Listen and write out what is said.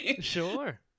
Sure